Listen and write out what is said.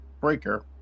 Breaker